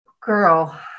girl